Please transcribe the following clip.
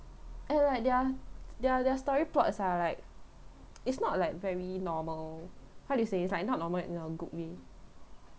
and like their their their story plots are like it's not like very normal how do you say it's like not normal in a good way